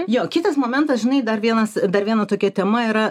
jo kitas momentas žinai dar vienas dar viena tokia tema yra